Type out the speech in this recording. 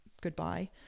goodbye